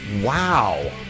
Wow